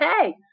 hey